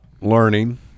learning